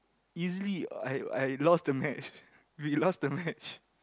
easily I I lost the match we lost the match